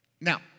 Now